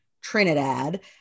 Trinidad